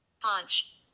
Punch